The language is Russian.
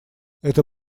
это